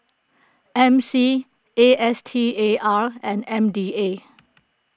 M C A S T A R and M D A